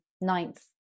ninth